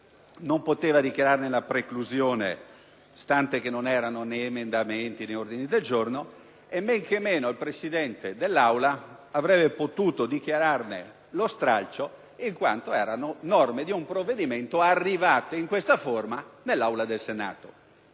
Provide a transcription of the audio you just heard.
non poteva dichiararne la preclusione, stante il fatto che non erano né emendamenti né ordini del giorno; men che meno il Presidente dell'Aula avrebbe potuto dichiararne lo stralcio, in quanto erano norme di un provvedimento arrivato in questa forma nell'Aula del Senato.